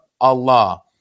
Allah